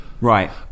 Right